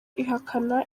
irahakana